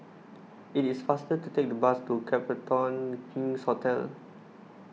it is faster to take the bus to Copthorne King's Hotel